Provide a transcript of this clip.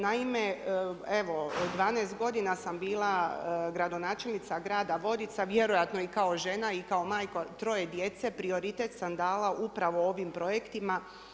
Naime, evo 12 godina sam bila gradonačelnica grada Vodica, vjerojatno i kao žena i kao majka od 3 djece, prioritet sam dala upravo ovim projektima.